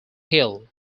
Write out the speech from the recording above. hill